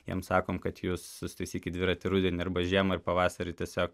jiem sakom kad jus susitaisykit dviratį rudenį arba žiemą ir pavasarį tiesiog